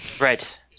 Right